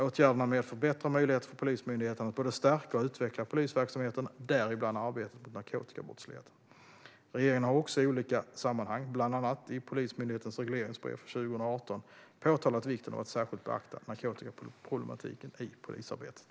Åtgärderna medför bättre möjligheter för Polismyndigheten att både stärka och utveckla polisverksamheten, däribland arbetet mot narkotikabrottsligheten. Regeringen har också i olika sammanhang, bland annat i Polismyndighetens regleringsbrev för 2018, påtalat vikten av att särskilt beakta narkotikaproblematiken i polisarbetet.